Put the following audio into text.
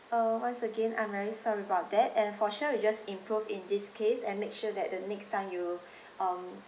okay uh once again I'm very sorry about that and for sure we'll just improve in this case and make sure that the next time you um